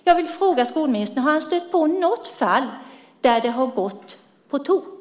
Jag vill fråga skolministern: Har ministern stött på något fall där det har gått på tok?